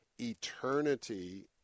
eternity